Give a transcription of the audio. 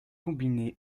combiné